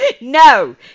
no